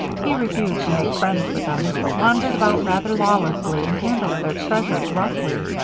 he refused to make friends with them but wandered about rather lawlessly and handled their treasures roughly.